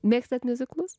mėgstat miuziklus